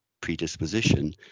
predisposition